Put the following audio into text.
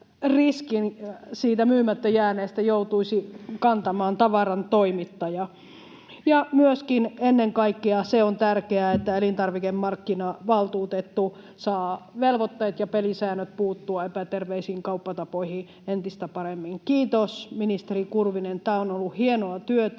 myymättä jääneestä joutuisi kantamaan tavarantoimittaja? Ja myöskin ennen kaikkea se on tärkeää, että elintarvikemarkkinavaltuutettu saa velvoitteet ja pelisäännöt puuttua epäterveisiin kauppatapoihin entistä paremmin. Kiitos, ministeri Kurvinen, tämä on ollut hienoa työtä.